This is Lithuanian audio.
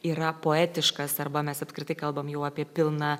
yra poetiškas arba mes apskritai kalbam jau apie pilną